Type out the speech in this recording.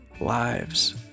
lives